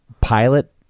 pilot